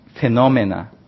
phenomena